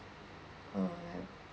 uh like